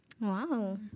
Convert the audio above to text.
Wow